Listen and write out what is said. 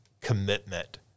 commitment